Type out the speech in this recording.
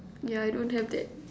yeah I don't have that